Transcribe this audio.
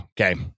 okay